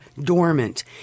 dormant